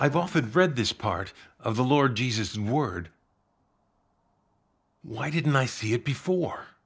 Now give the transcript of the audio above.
i've often read this part of the lord jesus word why didn't i see it before